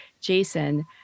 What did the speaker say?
Jason